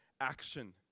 action